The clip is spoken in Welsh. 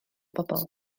bobl